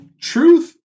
Truth